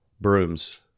Brooms